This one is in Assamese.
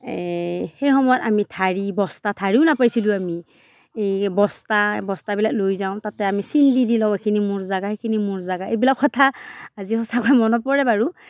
এই সেই সময়ত আমি ঢাৰি বস্তা ঢাৰিও নাপাইছিলোঁ আমি এই বস্তা বস্তাবিলাক লৈ যাওঁ তাতে আমি চিন দি দি লওঁ এইখিনি মোৰ জাগা সেইখিনি মোৰ জেগা এইবিলাক কথা আজি সঁচাকৈ মনত পৰে বাৰু